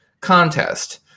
contest